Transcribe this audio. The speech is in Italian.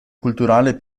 culturale